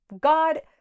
God